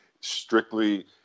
Strictly